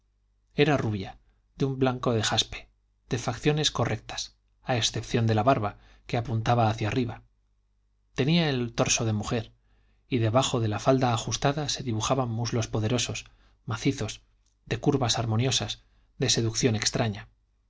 era rubia de un blanco de jaspe de facciones correctas a excepción de la barba que apuntaba hacia arriba tenía el torso de mujer y debajo de la falda ajustada se dibujaban muslos poderosos macizos de curvas armoniosas de seducción extraña